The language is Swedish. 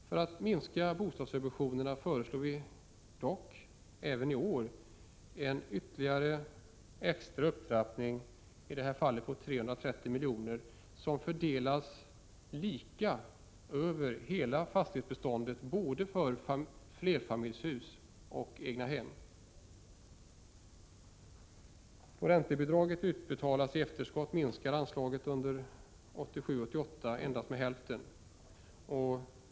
För att få till stånd en minskning av bostadssubventionerna föreslår vi dock även i år en ytterligare extra upptrappning — i detta fall på 330 milj.kr. — som fördelas lika över hela fastighetsbeståndet, både flerfamiljshus och egnahem. Då räntebidragen utbetalas i efterskott minskar anslaget under 1987/88 endast med hälften.